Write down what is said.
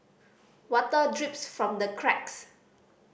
water drips from the cracks